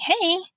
hey